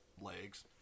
legs